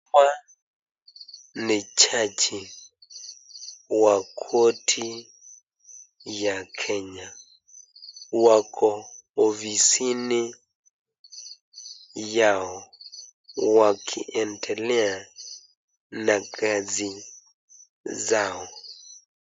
Ni jaji wa korti ya Kenya. Wako ofisini yao wakiendelea na kazi zao.